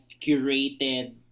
curated